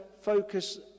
focus